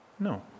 No